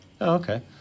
Okay